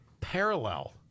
parallel